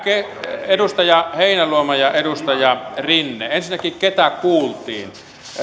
edustaja heinäluoma ja edustaja rinne ensinnäkin ketä kuultiin